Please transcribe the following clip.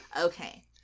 Okay